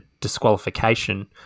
disqualification